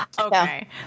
Okay